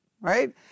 right